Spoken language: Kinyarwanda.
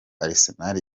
arsenal